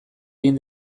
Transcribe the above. egin